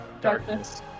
Darkness